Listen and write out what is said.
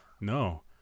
no